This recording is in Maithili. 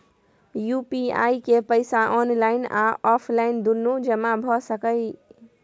यु.पी.आई के पैसा ऑनलाइन आ ऑफलाइन दुनू जमा भ सकै इ?